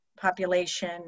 population